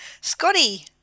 Scotty